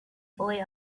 boy